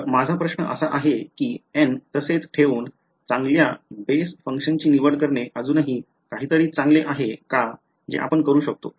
तर माझा प्रश्न असा आहे की N तसेच ठेऊन चांगल्या बेस फंक्शन्सची निवड करणे अजूनही काहीतरी चांगले आहे का जे आपण करू शकतो